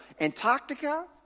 Antarctica